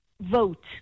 vote